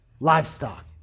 Livestock